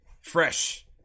Fresh